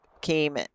came